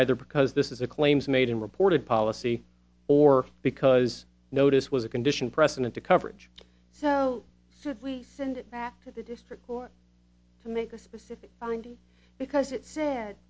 either because this is a claims made in reported policy or because notice was a condition precedent to coverage so so if we send it back to the district court to make a specific finding because it sa